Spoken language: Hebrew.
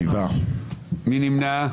מי נמנע?